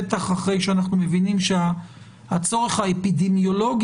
בטח אחרי שאנחנו מבינים שהצורך האפידמיולוגי